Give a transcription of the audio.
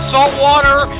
Saltwater